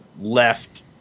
left